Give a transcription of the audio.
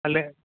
അല്ലേ